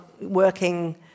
working